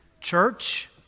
church